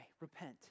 repent